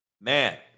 Man